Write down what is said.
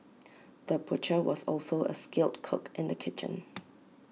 the butcher was also A skilled cook in the kitchen